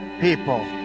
people